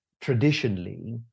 traditionally